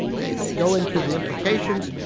they they go into the implications.